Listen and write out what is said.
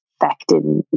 affected